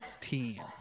team